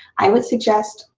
i would suggest,